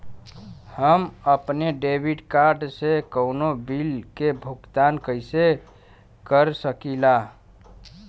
हम अपने debit card से कउनो बिल के भुगतान कइसे कर सकीला?